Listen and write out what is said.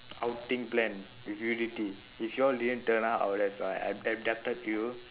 outing plan with if you all didn't turn up I will have uh abducted you